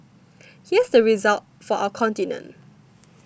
here's the result for our continent